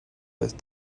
with